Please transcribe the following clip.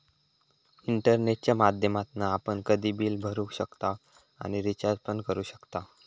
इंटरनेटच्या माध्यमातना आपण कधी पण बिल भरू शकताव आणि रिचार्ज पण करू शकताव